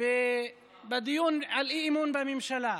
בדיון על אי-אמון בממשלה,